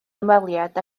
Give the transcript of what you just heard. ymweliad